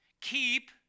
keep